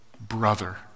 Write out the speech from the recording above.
brother